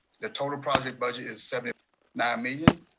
the total project budget is seventy nine million